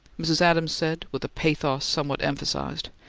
mrs. adams said, with a pathos somewhat emphasized.